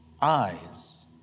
eyes